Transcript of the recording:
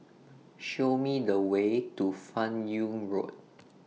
Show Me The Way to fan Yoong Road